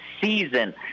season